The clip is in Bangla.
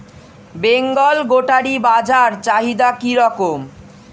বেঙ্গল গোটারি বাজার চাহিদা কি রকম?